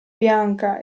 bianca